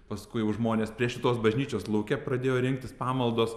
paskui jau žmonės prie šitos bažnyčios lauke pradėjo rinktis pamaldos